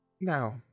Now